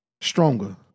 stronger